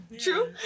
True